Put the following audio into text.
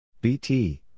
BT